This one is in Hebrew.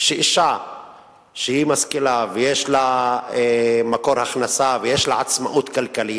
שאשה שהיא משכילה ויש לה מקור הכנסה ויש לה עצמאות כלכלית,